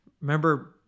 Remember